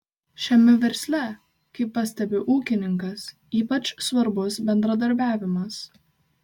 šiame versle kaip pastebi ūkininkas ypač svarbus bendradarbiavimas